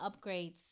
upgrades